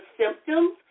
symptoms